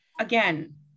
again